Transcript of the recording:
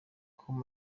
com